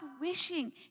wishing